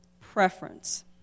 preference